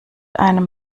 einem